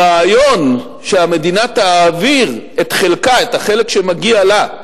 הרעיון שהמדינה תעביר את חלקה, את החלק שמגיע לה,